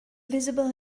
visible